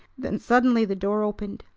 then suddenly the door opened,